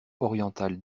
orientale